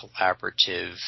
collaborative